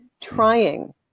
trying